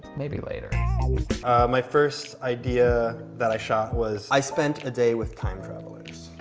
maybe later my first idea that i shot was i spent a day with time traveller's